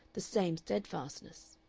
the same steadfastness.